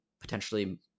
potentially